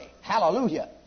Hallelujah